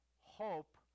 Hope